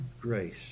Grace